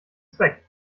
zweck